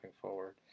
forward